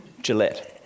Gillette